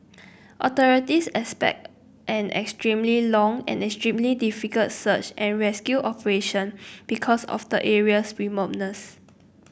authorities expect an extremely long and extremely difficult search and rescue operation because of the area's remoteness